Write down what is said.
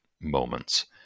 moments